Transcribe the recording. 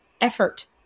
effort